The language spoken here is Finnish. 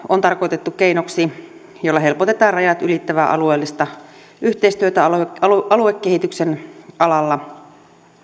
on tarkoitettu keinoksi jolla helpotetaan rajat ylittävää alueellista yhteistyötä aluekehityksen alalla